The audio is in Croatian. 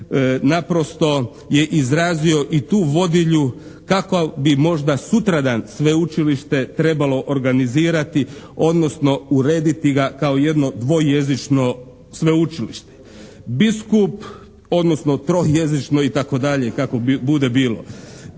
naprosto je izrazio i tu vodilju kakvo bi možda sutra dan sveučilište trebalo organizirati odnosno urediti ga kao jedno dvojezično sveučilište, odnosno trojezično itd. kako bude bilo.